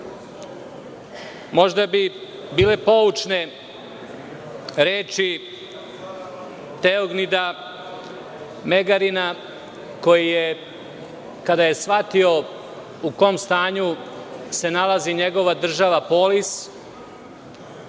Možda bi bile poučne reči Teognida Megarina, koji je, kada je shvatio u kom stanju se nalazi njegova država Polis,